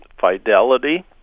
fidelity